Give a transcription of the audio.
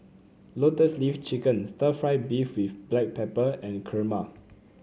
Lotus Leaf Chicken stir fry beef with Black Pepper and kurma